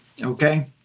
Okay